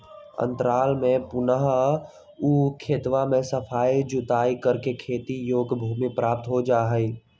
अंतराल में पुनः ऊ खेतवा के सफाई जुताई करके खेती योग्य भूमि प्राप्त हो जाहई